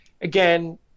again